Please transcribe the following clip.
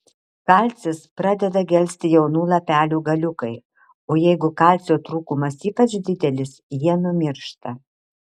kalcis pradeda gelsti jaunų lapelių galiukai o jeigu kalcio trūkumas ypač didelis jie numiršta